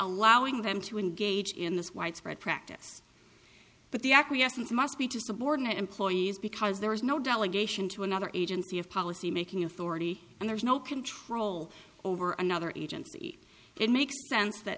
law in them to engage in this widespread practice but the acquiescence must be to subordinate employees because there is no delegation to another agency of policy making authority and there's no control over another agency it makes sense that